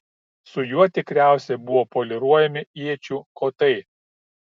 su juo tikriausiai buvo poliruojami iečių kotai